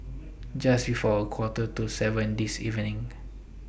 Just before A Quarter to seven This evening